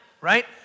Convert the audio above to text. right